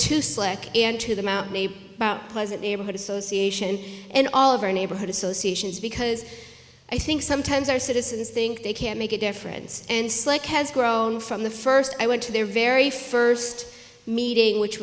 to slick and to the mouth maybe about pleasant neighborhood association and all of our neighborhood associations because i think sometimes our citizens think they can make a difference and slick has grown from the first i went to their very first meeting which